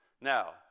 Now